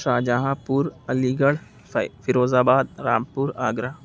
شاہ جہاں پور Aligarh Firozabad Rampur Agra